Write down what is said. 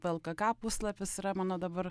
vlkk puslapis yra mano dabar